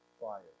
fire